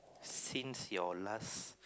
since your last